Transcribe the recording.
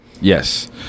yes